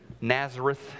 Nazareth